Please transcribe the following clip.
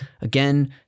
again